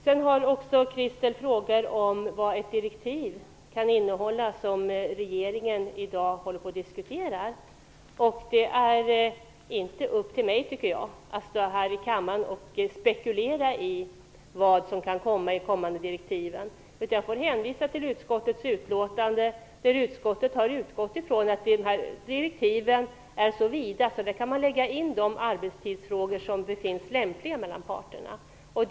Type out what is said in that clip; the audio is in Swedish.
Sedan har Christel Anderberg ställt frågor om vad utredningsdirektiven kan innehålla som regeringen i dag håller på att diskutera. Det är inte min uppgift, tycker jag, att stå här i kammaren och spekulera i vad som kan komma att stå i direktiven, utan jag får hänvisa till utskottets betänkande, där utskottet har utgått ifrån att direktiven är så vida att man kan lägga in de arbetstidsfrågor som befinns lämpliga att ta upp.